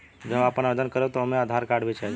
जब हम आवेदन करब त ओमे आधार कार्ड भी चाही?